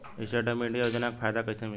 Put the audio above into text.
Stand up India योजना के फायदा कैसे मिली?